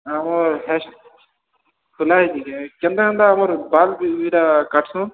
ଆମର ହେୟାର୍ ଖୋଲା ହେଇଛି କେନ୍ତା କେନ୍ତା ଆମର ବାଲ୍ କାଟୁସନ୍